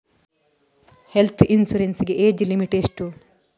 Health insurance ಗೆ age limit ಎಷ್ಟು?